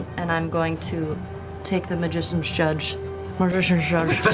and i'm going to take the magician's judge magician's judge